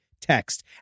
text